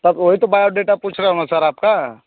बस वही तो बायोडाटा पूछ रहा हूँ सर आपका